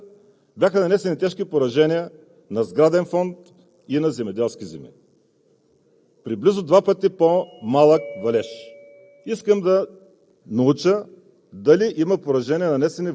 бяха прекъснати междуградски пътища, бяха нанесени тежки поражения на сграден фонд и на земеделски земи при близо два пъти по-малък валеж.